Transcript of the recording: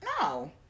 No